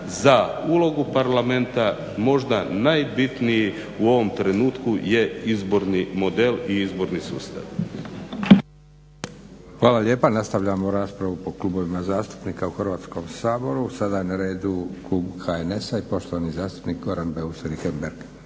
za ulogu parlamenta možda najbitniji u ovom trenutku je izborni model i izborni sustav. **Leko, Josip (SDP)** Hvala lijepa. Nastavljamo raspravu po klubovima zastupnika u Hrvatskom saboru. Sada je na redu Klub HNS-a i poštovani zastupnik Goran Beus-Richembergh.